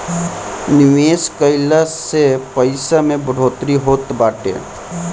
निवेश कइला से पईसा में बढ़ोतरी होत बाटे